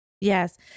Yes